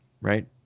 right